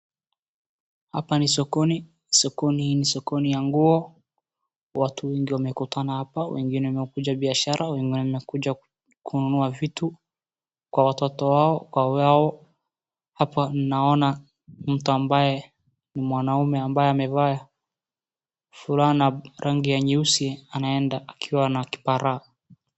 Hapa ni sokoni sokoni ni sokoni ya nguo watu wengi wamekutana hapa wengine wamekuja bishara wengine wakuja kununua vitu Kwa watoto wao Kwa wao hapa naona mtu ambaye ni mwanaume ambaye amevaa Fulana ya rangi nyeusi anaenda akiwa na kipara.